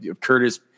curtis